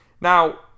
Now